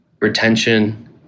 retention